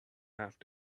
have